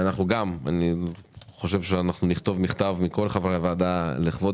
אנחנו נכתוב מכתב מטעם כל חברי הוועדה לכבוד